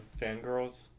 fangirls